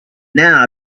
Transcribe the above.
now